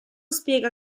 spiega